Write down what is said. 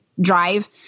drive